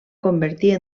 convertir